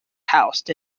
housed